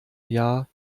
jahr